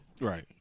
Right